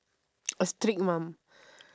a strict mum